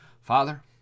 Father